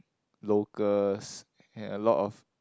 locals and a lot of